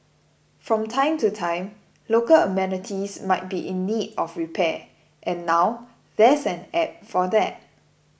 from time to time local amenities might be in need of repair and now there's an app for that